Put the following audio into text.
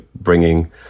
bringing